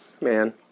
Man